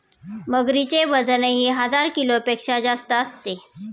मगरीचे वजनही हजार किलोपेक्षा जास्त असते